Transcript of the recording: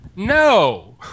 No